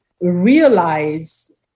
realize